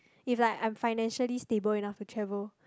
if like I'm financially stable enough to travel